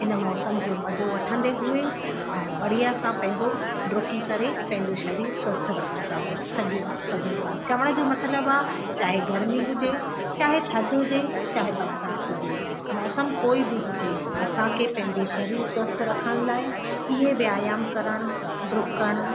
इन मौसमु जो मजो वठंदे हुए ऐं बढ़िया सां पंहिंजो ॾुकी करे पंहिंजो शरीर स्वस्थ्यु रखण था सघे सघूं था चवण जो मतिलब आहे चाहे गर्मी हुजे चाहे थदि हुजे चाहे बरसाति हुजे मौसमु कोई बि हुजे असांखे पंहिंजो शरीर स्वस्थ्यु रखण लाइ इहे व्यायामु करणु ॾुकणु